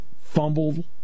fumbled